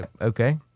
Okay